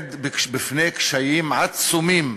עומד בפני קשיים עצומים.